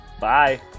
Bye